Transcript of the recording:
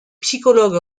psychologue